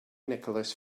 nicholas